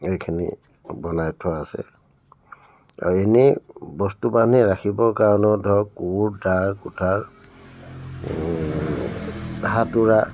এইখিনি বনাই থোৱা আছে আৰু এনেই বস্তু বাহিনী ৰাখিবৰ কাৰণেও ধৰক কোৰ দা কুঠাৰ হাতোৰা